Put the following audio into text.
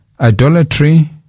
idolatry